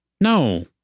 No